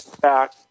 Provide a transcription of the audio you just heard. back